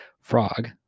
Frog